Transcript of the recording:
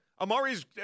Amari's